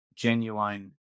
genuine